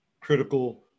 critical